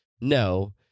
No